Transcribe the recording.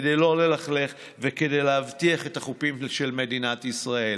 כדי לא לכלכך וכדי להבטיח את החופים של מדינת ישראל.